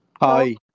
Hi